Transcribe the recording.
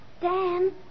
Dan